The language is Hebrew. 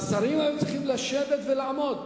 והשרים היו צריכים לשבת ולעמוד.